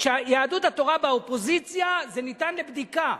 כשיהדות התורה באופוזיציה, זה ניתן לבדיקה,